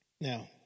Now